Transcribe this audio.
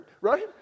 right